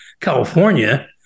California